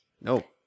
No